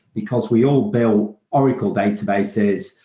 because we all built oracle databases,